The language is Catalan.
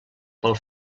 pel